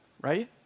right